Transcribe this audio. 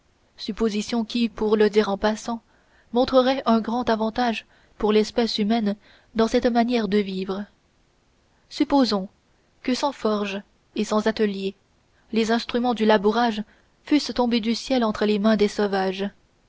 supposition qui pour le dire en passant montrerait un grand avantage pour l'espèce humaine dans cette manière de vivre supposons que sans forges et sans ateliers les instruments du labourage fussent tombés du ciel entre les mains des sauvages